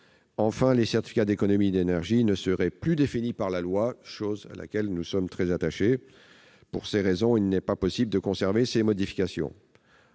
Enfin, les certificats d'économies d'énergie ne seraient plus définis par la loi, alors que nous y sommes très attachés. Pour ces raisons, il n'est pas possible de conserver ces modifications.